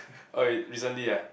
oh recently ah